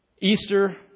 Easter